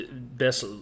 best